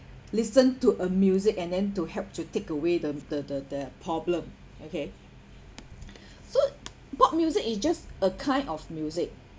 listen to a music and then to help to take away the the the their problems okay so pop music is just a kind of music